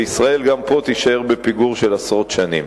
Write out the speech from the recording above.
וישראל גם פה תישאר בפיגור של עשרות שנים.